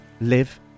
live